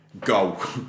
Go